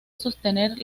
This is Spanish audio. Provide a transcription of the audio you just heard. sostener